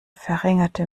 verringerte